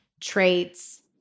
traits